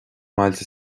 mbailte